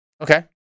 Okay